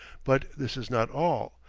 but this is not all,